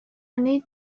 needed